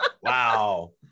Wow